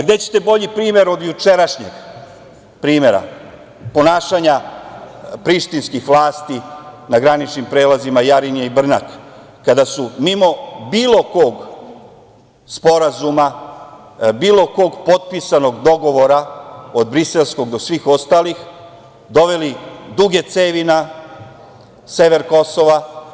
Gde ćete bolji primer od jučerašnjeg primera ponašanja prištinskih vlasti na graničnim prelazima Jarinje i Brnak, kada su mimo bilo kog sporazuma, bilo kog potpisanog dogovora, od Briselskog do svih ostalih, doveli duge cevi na sever Kosova.